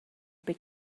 big